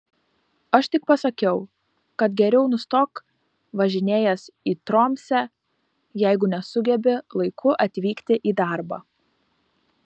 aš tik pasakiau kad geriau nustok važinėjęs į tromsę jeigu nesugebi laiku atvykti į darbą